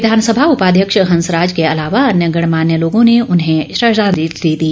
विधानसभा उपाध्यक्ष हंसराज के अलावा अन्य गणमान्य लोगों ने उन्हें श्रद्वांजलि दी